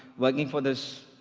working for this.